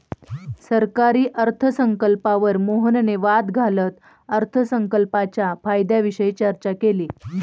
सरकारी अर्थसंकल्पावर मोहनने वाद घालत अर्थसंकल्पाच्या फायद्यांविषयी चर्चा केली